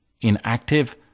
inactive